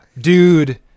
dude